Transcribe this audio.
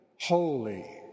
holy